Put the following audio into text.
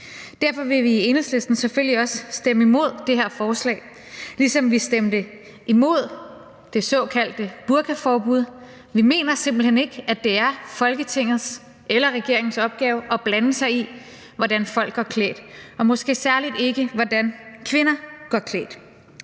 Derfor vil vi i Enhedslisten selvfølgelig også stemme imod det her forslag, ligesom vi stemte imod det såkaldte burkaforbud. Vi mener simpelt hen ikke, at det er Folketingets eller regeringens opgave at blande sig i, hvordan folk går klædt, og måske særlig ikke, hvordan kvinder går klædt.